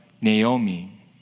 Naomi